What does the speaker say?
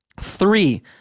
Three